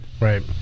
Right